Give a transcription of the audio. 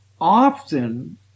often